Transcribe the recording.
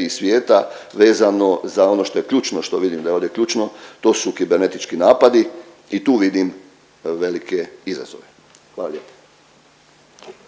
i svijeta vezano za ono što je ključno, što vidim da je ovdje ključno to su kibernetički napadi i tu vidim velike izazove. Hvala lijepo.